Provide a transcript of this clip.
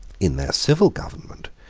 in their civil government,